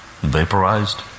vaporized